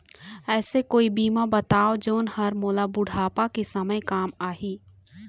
ऐसे कोई बीमा बताव जोन हर मोला बुढ़ापा के समय काम आही?